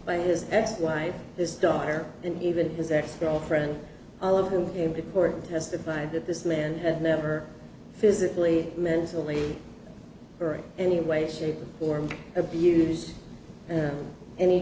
by his ex wife this daughter and even his ex girlfriend all of whom came to court testified that this man had never physically mentally or any way shape or form abused